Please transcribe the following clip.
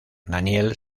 daniel